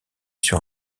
sur